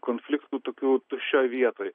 konfliktų tokių tuščioj vietoj